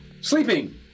Sleeping